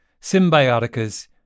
Symbiotica's